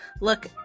look